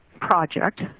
project